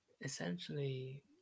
essentially